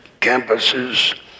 campuses